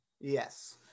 Yes